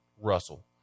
Russell